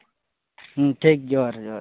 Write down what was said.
ᱦᱮᱸ ᱴᱷᱤᱠ ᱜᱮᱭᱟ ᱡᱚᱦᱟᱨ ᱡᱚᱦᱟᱨ